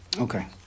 Okay